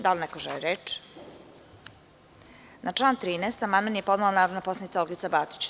Da li ne ko želi reč? (Ne.) Na član 13. amandman je podnela narodna poslanica Olgica Batić.